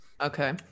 Okay